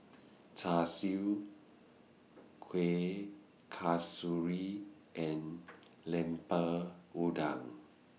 Char Siu Kueh Kasturi and Lemper Udang